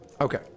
Okay